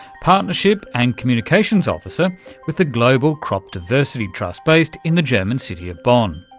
partnership and communications officer with the global crop diversity trust based in the german city of bonn.